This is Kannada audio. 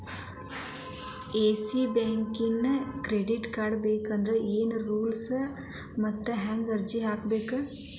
ಯೆಸ್ ಬ್ಯಾಂಕಿನ್ ಕ್ರೆಡಿಟ್ ಕಾರ್ಡ ಬೇಕಂದ್ರ ಏನ್ ರೂಲ್ಸವ ಮತ್ತ್ ಹೆಂಗ್ ಅರ್ಜಿ ಹಾಕ್ಬೇಕ?